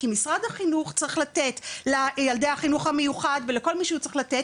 כי משרד החינוך צריך לתת לילדי החינוך המיוחד ולכל מי שהוא צריך לתת,